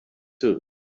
too